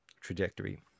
trajectory